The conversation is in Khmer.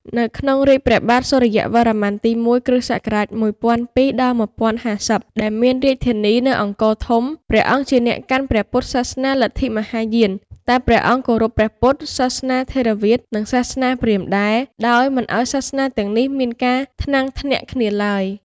ក្នុងរាជ្យព្រះបាទសូរ្យវរ្ម័នទី១ (គ.ស ១០០២-១០៥០) ដែលមានរាជធានីនៅ អង្គរធំ ព្រះអង្គជាអ្នកកាន់ព្រះពុទ្ធសាសនាលទ្ធិមហាយាន តែព្រះអង្គគោរពព្រះពុទ្ធ សាសនាថេរវាទ និងសាសនាព្រាហ្មណ៍ដែរ ដោយមិនឱ្យសាសនាទាំងនេះមានការថ្នាំងថ្នាក់គ្នាឡើយ ។